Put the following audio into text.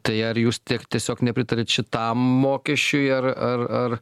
tai ar jūs tik tiesiog nepritariat šitam mokesčiui ar ar ar